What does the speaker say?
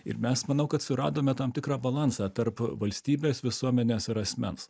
ir mes manau kad suradome tam tikrą balansą tarp valstybės visuomenės ar asmens